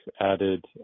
added